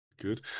good